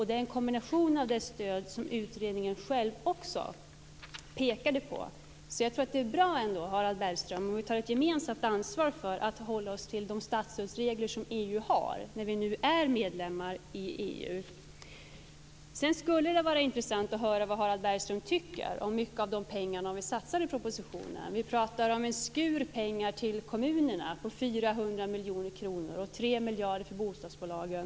Det är en kombination med det stöd som utredningen också pekade på. Jag tror att det är bra om vi tar ett gemensamt ansvar för att hålla oss till de statsstödsregler som EU har, Harald Bergström, när vi nu är medlemmar i EU. Sedan skulle det vara intressant att höra vad Harald Bergström tycker om de pengar som vi satsar i propositionen. Vi pratar om en skur pengar till kommunerna på 400 miljoner kronor och 3 miljarder för bostadsbolagen.